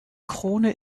krone